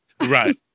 Right